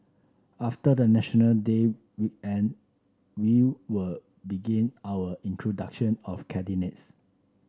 after the National Day weekend we will begin our introduction of candidates